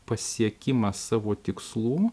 pasiekimą savo tikslų